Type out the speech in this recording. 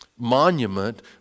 monument